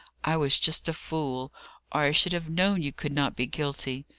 i was just a fool, or i should have known you could not be guilty.